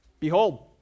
Behold